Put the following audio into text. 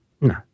No